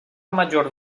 major